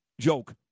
joke